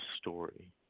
story